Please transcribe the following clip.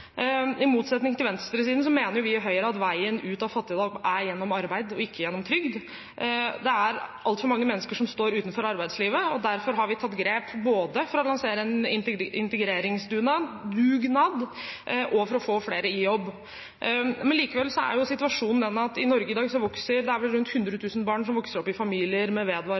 I motsetning til venstresiden mener vi i Høyre at veien ut av fattigdom er gjennom arbeid og ikke gjennom trygd. Det er altfor mange mennesker som står utenfor arbeidslivet, og derfor har vi tatt grep både for å lansere en integreringsdugnad og for å få flere i jobb. Likevel er situasjonen den i Norge i dag at det vel er rundt 100 000 barn som vokser opp i familier med